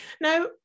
Now